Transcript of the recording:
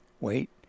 wait